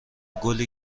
گلی